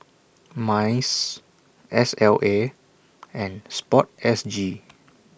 Minds S L A and Sport S G